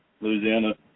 Louisiana